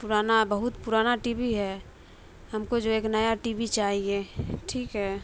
پرانا بہت پرانا ٹی وی ہے ہم کو جو ہے ایک نیا ٹی وی چاہیے ٹھیک ہے